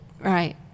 Right